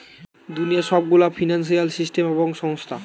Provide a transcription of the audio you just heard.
দুনিয়ার সব গুলা ফিন্সিয়াল সিস্টেম এবং সংস্থা